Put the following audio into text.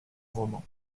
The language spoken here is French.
roman